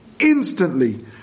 instantly